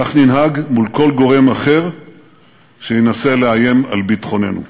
כך ננהג מול כל גורם אחר שינסה לאיים על ביטחוננו.